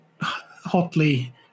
hotly